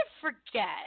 forget